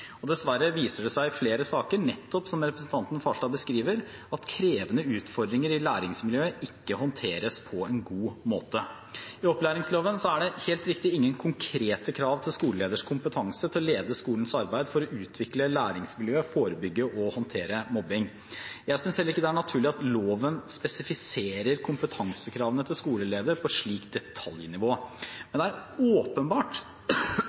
dessverre viser det seg i flere saker, nettopp som representanten Farstad beskriver, at krevende utfordringer i læringsmiljøer ikke håndteres på en god måte. I opplæringsloven er det helt riktig ingen konkrete krav til skoleleders kompetanse til å lede skolens arbeid for å utvikle læringsmiljøer og forebygge og håndtere mobbing. Jeg synes heller ikke det er naturlig at loven spesifiserer kompetansekravene til skoleledere på et slikt detaljnivå.